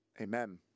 Amen